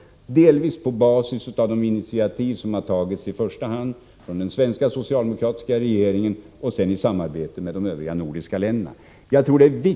— delvis på basis av de initiativ som har tagits i första hand av den socialdemokratiska regeringen här i Sverige och i samarbete med regeringarna i de övriga nordiska länderna — för att skärpa de konkreta åtgärder som kan vidtas.